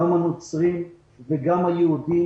הנוצרים והיהודים,